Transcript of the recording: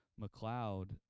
McLeod